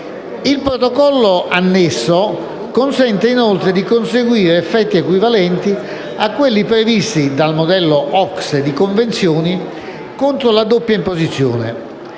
Il Protocollo annesso, inoltre, consente di conseguire effetti equivalenti a quelli previsti dal modello OCSE di convenzioni contro la doppia imposizione